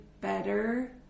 better